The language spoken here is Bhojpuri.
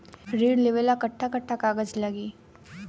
ऋण लेवेला कट्ठा कट्ठा कागज लागी?